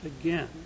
again